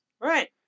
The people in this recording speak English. Right